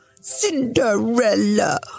Cinderella